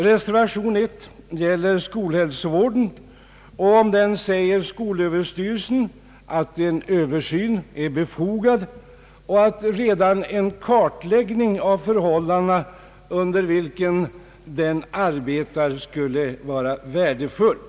Reservationen 1 gäller skolhälsovården, om vilken Sö uttalar att en översyn är befogad och att redan en kartlägg ning av de förhållanden under vilka arbetet bedrivs vore värdefull.